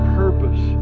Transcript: purpose